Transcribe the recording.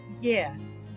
yes